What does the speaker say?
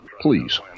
please